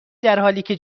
درحالیکه